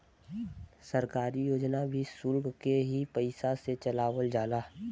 सरकारी योजना भी सुल्क के ही पइसा से चलावल जाला